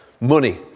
money